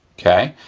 okay?